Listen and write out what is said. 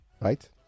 right